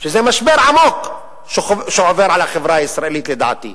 שזה משבר עמוק שעובר על החברה הישראלית, לדעתי,